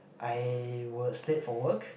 I was late for work